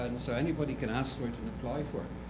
and so anybody can ask for it and apply for it.